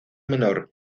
menor